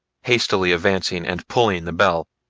hastily advancing and pulling the bell.